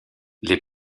les